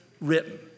written